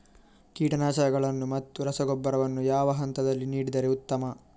ಕೀಟನಾಶಕಗಳನ್ನು ಮತ್ತು ರಸಗೊಬ್ಬರವನ್ನು ಯಾವ ಹಂತದಲ್ಲಿ ನೀಡಿದರೆ ಉತ್ತಮ?